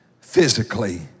physically